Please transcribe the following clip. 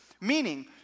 Meaning